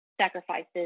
sacrifices